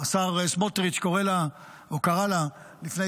שהשר סמוטריץ' קורא לה או קרא לה לפני